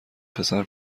پسر